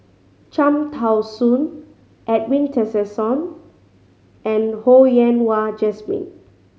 Cham Tao Soon Edwin Tessensohn and Ho Yen Wah Jesmine